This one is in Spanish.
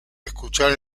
escuchar